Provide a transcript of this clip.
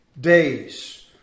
days